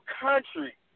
country